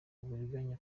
uburiganya